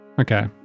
Okay